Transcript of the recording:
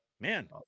man